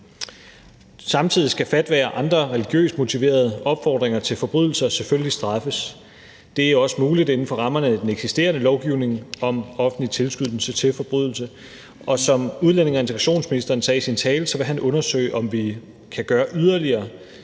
Samtidig skal fatwaer og andre religiøst motiverede opfordringer til forbrydelser selvfølgelig straffes. Det er også muligt inden for rammerne af den eksisterende lovgivning om offentlig tilskyndelse til forbrydelser. Og som udlændinge- og integrationsministeren sagde i sin tale, vil han undersøge, om det er relevant at gøre yderligere,